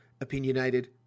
opinionated